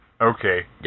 Okay